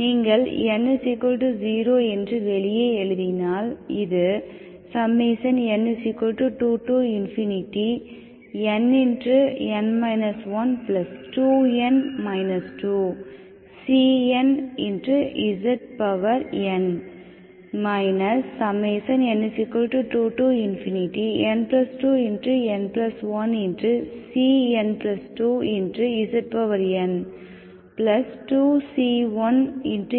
நீங்கள் n 0 என்று வெளியே எழுதினால் இது n2nn 12n 2cnzn n2n2n1cn2zn2c1z 2c0 2c1z 2c2 6c3z0 n2n2n 1cn n1cn2zn 2c1c0 6c3z0 பார்க்கவும் ஸ்லைடு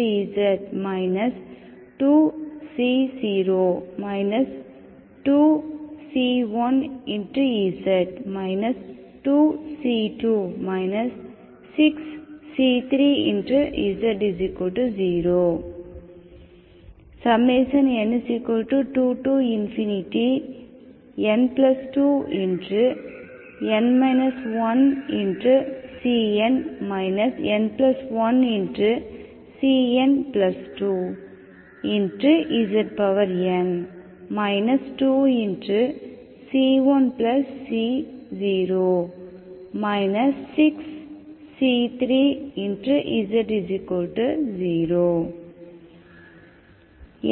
நேரம் 2225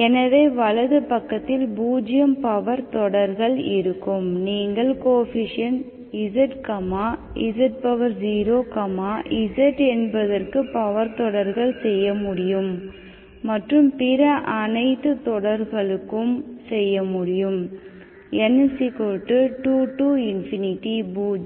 எனவே வலது பக்கத்தில் பூஜ்யம் பவர் தொடர்கள் இருக்கும் நீங்கள் கோஎஃபீஷியேன்ட் z z0 z என்பதற்கு பவர் தொடர்கள் செய்ய முடியும்மற்றும் பிற அனைத்து தொடர்களுக்கும் செய்ய முடியும் n2 to ∞ பூஜ்யம்